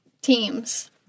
teams